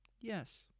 Yes